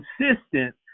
consistent